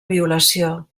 violació